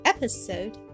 Episode